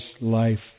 life